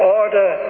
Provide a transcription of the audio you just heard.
order